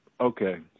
Okay